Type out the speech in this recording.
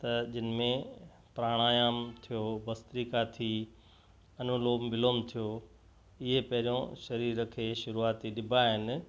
त जिनमें प्राणायाम थियो भस्त्रिका थी अनुलोम विलोम थियो इहे पहिरियों शरीर खे शुरूआती ॾिबा आहिनि